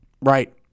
right